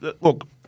look